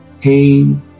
pain